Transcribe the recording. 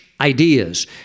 ideas